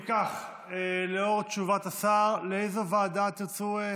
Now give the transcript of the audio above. אם כך, לאור תשובת השר, לאיזו ועדה תרצו?